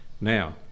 now